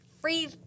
free